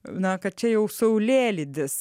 na kad čia jau saulėlydis